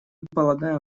полагаем